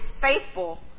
faithful